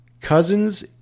Cousins